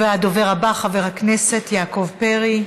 הדובר הבא, חבר הכנסת יעקב פרי.